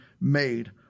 made